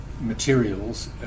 materials